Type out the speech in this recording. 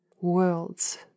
worlds